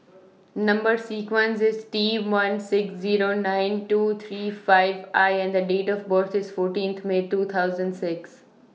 Number sequence IS T one six Zero nine two three five I and The Date of birth IS fourteenth May two thousand six